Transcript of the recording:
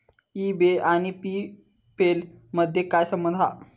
E बे आणि PayPal मधे काय संबंध हा?